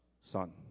son